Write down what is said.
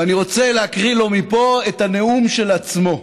ואני רוצה להקריא לו מפה את הנאום שלו,